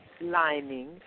lining